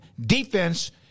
defense